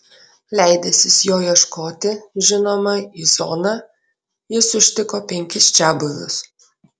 leidęsis jo ieškoti žinoma į zoną jis užtiko penkis čiabuvius